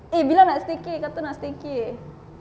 eh bila nak staycay kata nak staycay